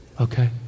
Okay